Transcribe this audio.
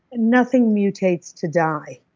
nothing mutates to die.